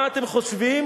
מה אתם חושבים?